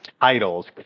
titles